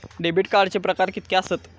Debit कार्डचे प्रकार कीतके आसत?